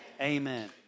Amen